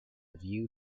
view